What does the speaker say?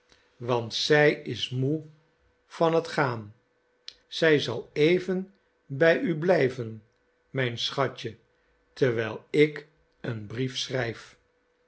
want zij is moe van het gaan zij zal even bij u blijven mijn schatje terwijl ik een brief schrijf